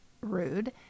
rude